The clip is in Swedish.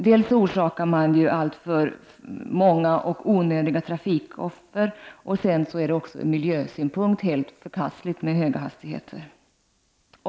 Det förorsakar alltför många och onödiga trafikoffer, och dessutom är det ur miljösynpunkt helt förkastligt med höga hastigheter.